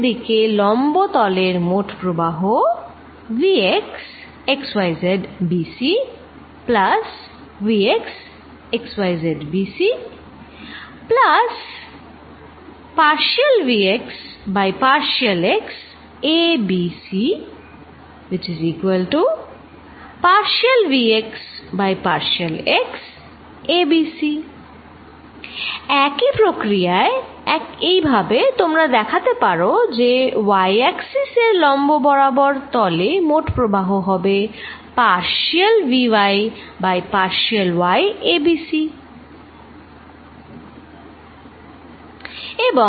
x axis এর দিকে লম্ব তলের মোট প্রবাহ একই প্রক্রিয়ায় এইভাবে তোমরা দেখাতে পারো যে y এক্সিস এর লম্ব বরাবর তলে মোট প্রবাহ হবে partial vy by partial y a b c